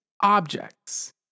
objects